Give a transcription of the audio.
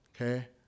Okay